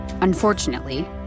Unfortunately